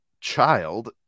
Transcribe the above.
child